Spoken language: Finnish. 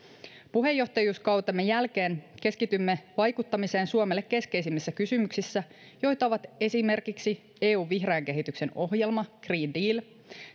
puheenjohtajuuskautemme jälkeen keskitymme vaikuttamiseen suomelle keskeisimmissä kysymyksissä joita ovat esimerkiksi eun vihreän kehityksen ohjelma green deal